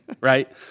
right